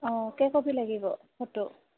অঁ কেই কপি লাগিব ফটো